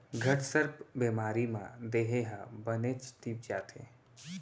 घटसर्प बेमारी म देहे ह बनेच तीप जाथे